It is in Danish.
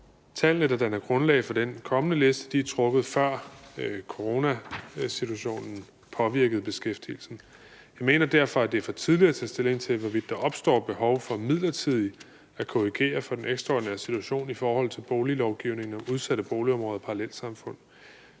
Tallene, der danner grundlag for den kommende liste, er trukket, før coronasituationen har påvirket beskæftigelsen. Jeg mener derfor, at det er for tidligt at tage stilling til, hvorvidt der opstår behov for midlertidigt at korrigere for den ekstraordinære situation i forhold til boliglovgivningen om udsatte boligområder og parallelsamfund.